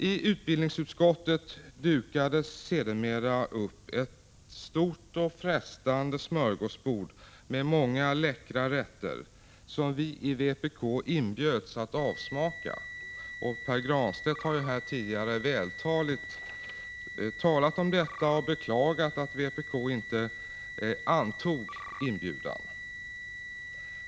I utbildningsutskottet dukades sedermera ett stort och frestande smörgåsbord med många läckra rätter, som vi i vpk inbjöds att avsmaka — Pär Granstedt har här tidigare vältaligt berättat om detta och beklagat att inte vpk antog inbjudan.